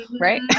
right